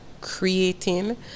creating